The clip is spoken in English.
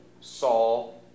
Saul